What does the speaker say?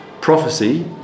prophecy